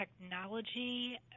technology